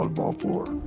and ball four.